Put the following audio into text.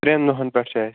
ترٛین دۄہن پٮ۪ٹھ چھُ اسہِ